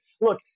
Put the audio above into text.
look